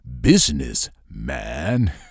businessman